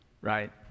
right